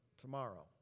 tomorrow